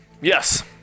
yes